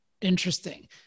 interesting